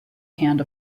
hand